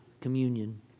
communion